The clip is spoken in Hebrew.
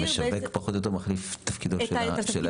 המשווק פחות או יותר מחליף את תפקידו של היבואן.